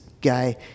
guy